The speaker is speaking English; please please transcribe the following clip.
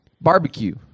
Barbecue